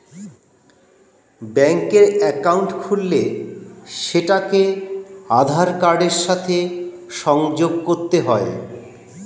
ব্যাঙ্কের অ্যাকাউন্ট খুললে সেটাকে আধার কার্ডের সাথে সংযোগ করতে হয়